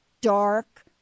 dark